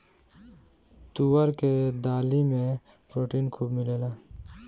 तुअर के दाली में प्रोटीन खूब मिलेला